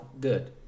good